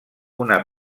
una